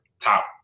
top